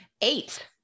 eight